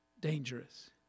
dangerous